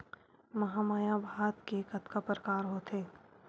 महमाया भात के कतका प्रकार होथे?